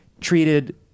treated